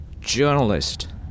journalist